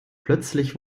plötzlich